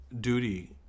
Duty